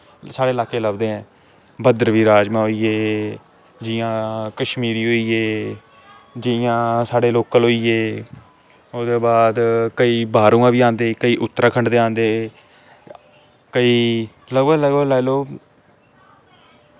साढ़े ल्हाके लभदे ऐं भदरवाही राजमां होइये जियां कश्मीरी होई जियां साढ़े लोकल होइये ओह्दे बाद केंई बाह्रा बी आंदे उत्तराखण्ड दे आंदे केई लगभग लगभग लाई लैओ